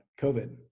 COVID